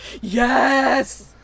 Yes